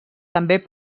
també